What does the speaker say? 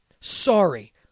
Sorry